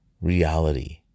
reality